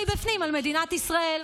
מי שתהה,